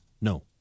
no